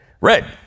red